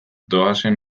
doazen